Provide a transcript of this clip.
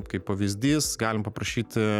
kaip pavyzdys galim paprašyti